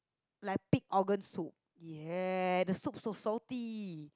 like pig organ soup ya the soup so salty